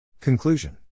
Conclusion